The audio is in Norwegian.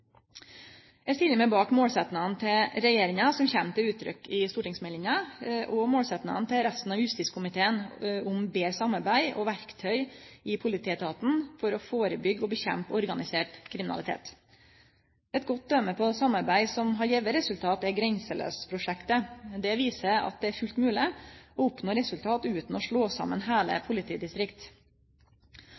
Eg stiller meg bak målsetnaden til regjeringa som kjem til uttrykk i stortingsmeldinga, og målsetnaden til resten av justiskomiteen om betre samarbeid og verktøy i politietaten for å førebyggje og kjempe mot organisert kriminalitet. Eit godt døme på samarbeid som har gjeve resultat, er Grenseløs-prosjektet. Dette viser at det er fullt mogleg å oppnå resultat utan å slå saman heile politidistrikt.